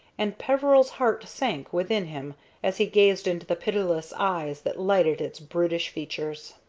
and peveril's heart sank within him as he gazed into the pitiless eyes that lighted its brutish features.